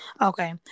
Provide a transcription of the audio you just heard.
Okay